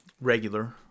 regular